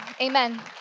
amen